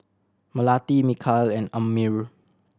Melati Mikhail and Ammir